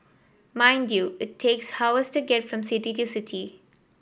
mind you it takes to get from city to city